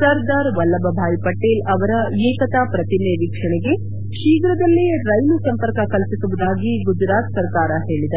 ಸರ್ದಾರ್ ವಲ್ಲಭಭಾಯಿ ಪಟೇಲ್ ಅವರ ಏಕತಾ ಪ್ರತಿಮೆ ವೀಕ್ಷಣೆಗೆ ಶೀಘ್ರದಲ್ಲೇ ರೈಲು ಸಂಪರ್ಕ ಕಲ್ಪಿಸುವುದಾಗಿ ಗುಜರಾತ್ ಸರ್ಕಾರ ಹೇಳಿದೆ